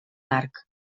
arc